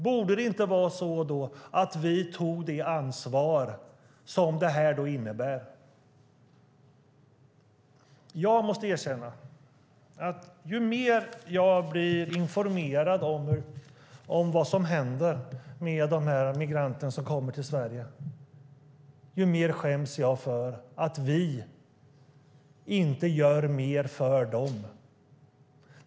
Borde det då inte vara så att vi tog det ansvar som detta innebär? Jag måste erkänna att ju mer jag blir informerad om vad som händer med de migranter som kommer till Sverige desto mer skäms jag för att vi inte gör mer för dem.